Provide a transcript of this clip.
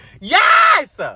Yes